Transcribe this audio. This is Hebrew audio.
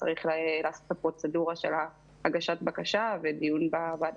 צריך לעשות את הפרוצדורה של הגשת הבקשה ודיון בוועדה.